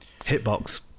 hitbox